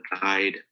guide